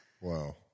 Wow